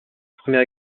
première